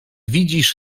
widzisz